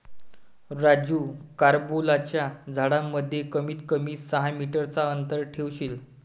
राजू कारंबोलाच्या झाडांमध्ये कमीत कमी सहा मीटर चा अंतर ठेवशील